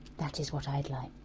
that is what i'd like.